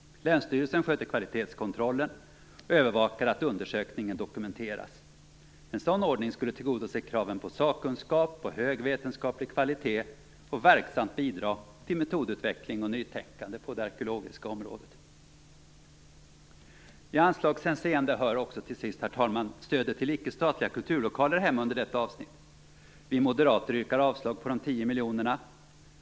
Länsstyrelsen sköter kvalitetskontrollen och övervakar att undersökningen dokumenteras. En sådan ordning skulle tillgodose kraven på sakkunskap och hög vetenskaplig kvalitet och verksamt bidra till metodutveckling och nytänkande på det arkeologiska området. I anslagshänseende hör till sist, herr talman, också stödet till icke-statliga kulturlokaler hemma under detta avsnitt. Vi moderater yrkar avslag på de tio miljonerna.